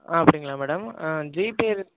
அப்படிங்களா madam GPay